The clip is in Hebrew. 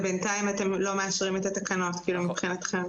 ובינתיים אתם לא מאשרים את התקנות מבחינתכם.